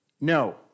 No